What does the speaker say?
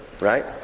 right